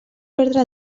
perdre